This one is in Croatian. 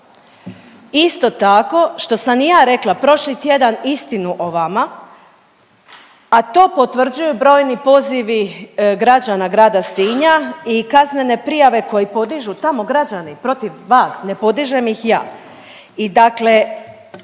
Isto tako što sam i ja rekla prošli tjedan istinu o vama, a to potvrđuju brojni pozivi građana Grada Sinja i kaznene prijave koje podižu tamo građani protiv vas, ne podižem ih ja